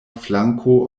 flanko